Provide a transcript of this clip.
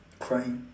crying